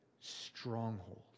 stronghold